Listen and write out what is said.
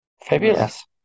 Fabulous